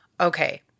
Okay